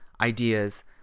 ideas